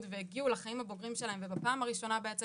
והגיעו לחיים הבוגרים שלהם ובפעם הראשונה בעצם